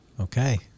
Okay